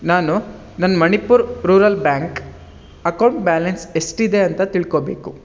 ನಾನು ನನ್ನ Manipur rural bank account balance ಎಷ್ಟಿದೆ ಅಂತ ತಿಳ್ಕೋಬೇಕು